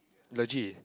legit